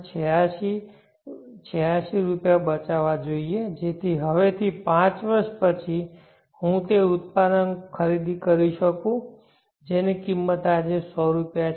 86 રૂપિયા બચાવવા જોઈએ જેથી હવેથી પાંચ વર્ષ પછી હું તે ઉત્પાદન ખરીદી શકું જેની કિંમત આજે 100 રૂપિયા છે